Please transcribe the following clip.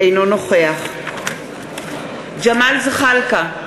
אינו נוכח ג'מאל זחאלקה,